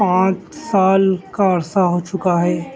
پانچ سال کا عرصہ ہو چکا ہے